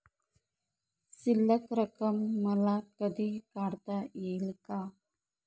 शिल्लक रक्कम मला कधी काढता येईल का?